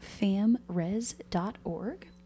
famres.org